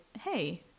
hey